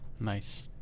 Nice